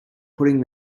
putting